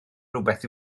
rywbeth